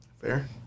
Fair